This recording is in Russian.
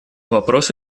вопрос